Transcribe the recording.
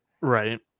Right